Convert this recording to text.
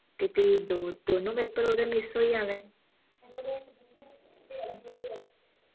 ते फ्ही दो दोन्नो पेपर ओह्दे मिस होई जाने